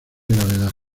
gravedad